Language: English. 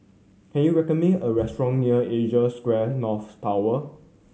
can you recommend me a restaurant near Asia Square North Tower